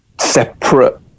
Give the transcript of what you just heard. separate